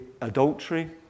adultery